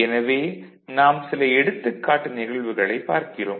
எனவே நாம் சில எடுத்துக்காட்டு நிகழ்வுகளை பார்க்கிறோம்